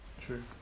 True